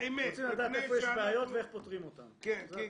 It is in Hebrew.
האמת --- רוצים לדעת איפה יש בעיות ואיך פותרים אותן,